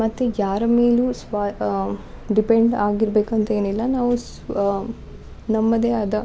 ಮತ್ತು ಯಾರ ಮೇಲೂ ಸ್ವ ಡಿಪೆಂಡ್ ಆಗಿರ್ಬೇಕಂತ ಏನಿಲ್ಲ ನಾವು ಸ್ವ್ ನಮ್ಮದೇ ಆದ